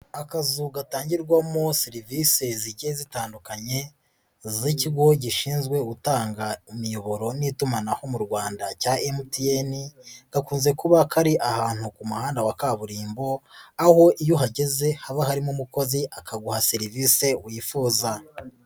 Akazu gatangirwamo serivisi zigiye zitandukanye z'ikigo gishinzwe gutanga imiyoboro n'itumanaho mu Rwanda cya MTN, gakunze kuba kari ahantu ku muhanda wa kaburimbo, aho iyo uhageze haba harimo umukozi akaguha serivisi wifuza.